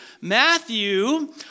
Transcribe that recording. Matthew